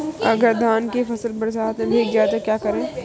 अगर धान की फसल बरसात में भीग जाए तो क्या करें?